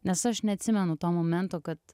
nes aš neatsimenu to momento kad